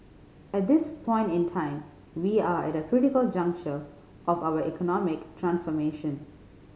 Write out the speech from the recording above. at this point in time we are at a critical juncture of our economic transformation